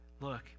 look